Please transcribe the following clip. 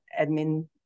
admin